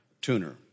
tuner